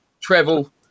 travel